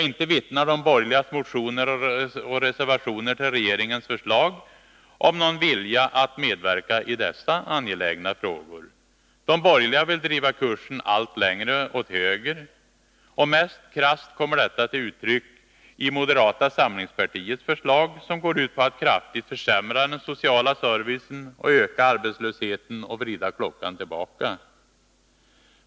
Inte vittnar de borgerligas motioner och reservationer till regeringens förslag om någon vilja att medverka i dessa angelägna frågor. De borgerliga vill driva kursen allt längre åt höger. Mest krasst kommer detta till uttryck i moderata samlingspartiets förslag, som går ut på att kraftigt försämra den sociala servicen, öka arbetslösheten och vrida klockan tillbaka.